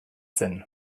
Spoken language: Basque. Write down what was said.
zen